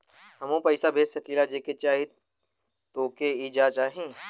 हमहू पैसा भेज सकीला जेके चाही तोके ई हो जाई?